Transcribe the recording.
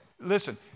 Listen